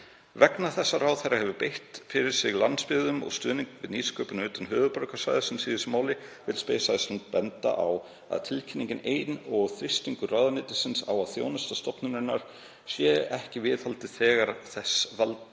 Vegna þess að ráðherra hefur beitt fyrir sig landsbyggðum og stuðningi við nýsköpun utan höfuðborgarsvæðisins í þessu máli vill Space Iceland benda á að tilkynningin ein og þrýstingur ráðuneytisins á að þjónustu stofnunarinnar sé ekki viðhaldið er þegar þess valdandi